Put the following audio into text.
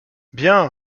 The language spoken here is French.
bien